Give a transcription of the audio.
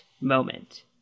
moment